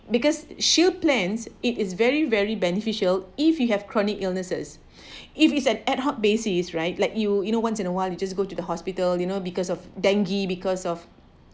because shield plans it is very very beneficial if you have chronic illnesses if is an ad hoc basis right like you you know once in a while you just go to the hospital you know because of dengue because of